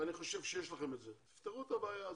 12 מיליון, 15 מיליון.